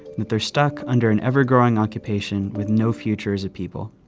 that they're stuck under an ever-growing occupation with no future as a people.